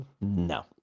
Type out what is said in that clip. No